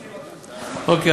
מסכים, אוקיי.